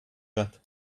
got